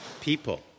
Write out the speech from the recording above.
people